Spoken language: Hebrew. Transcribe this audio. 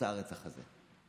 בוצע הרצח הזה.